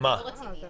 זה לא רציני.